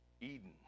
Eden